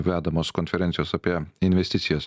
vedamos konferencijos apie investicijas